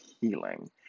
healing